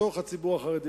בתוך הציבור החרדי,